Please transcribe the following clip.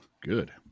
good